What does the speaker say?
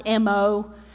MO